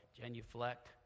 genuflect